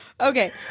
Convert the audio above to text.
Okay